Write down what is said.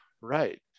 Right